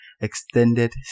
extended